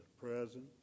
present